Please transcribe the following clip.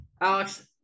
Alex